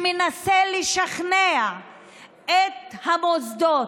שמנסה לשכנע את המוסדות,